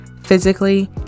physically